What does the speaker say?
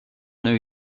new